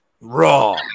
Raw